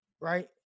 right